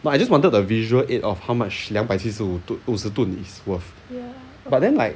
but I just wanted a visual aid of how much 两百七十五吨吨 is worth but then like